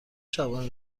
شبانه